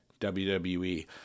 WWE